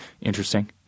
interesting